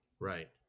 Right